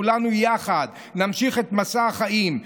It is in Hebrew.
כולנו יחד נמשיך את מסע החיים.